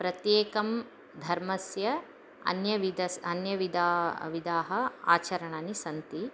प्रत्येकं धर्मस्य अन्यविदस् अन्यविदा विधाः आचरणानि सन्ति